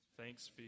Thanks